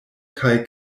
kaj